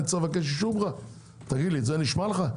זה נשמע לך?